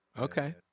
Okay